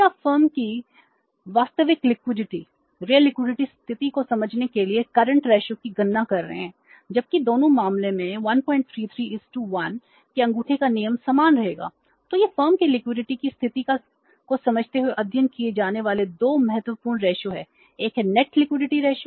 और फिर आप फर्म की वास्तविक लिक्विडिटी